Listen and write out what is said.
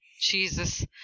Jesus